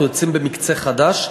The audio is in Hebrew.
אנחנו יוצאים במקצה חדש.